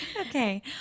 okay